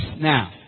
now